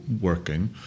working